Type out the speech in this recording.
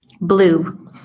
Blue